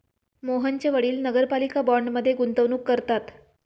मोहनचे वडील नगरपालिका बाँडमध्ये गुंतवणूक करतात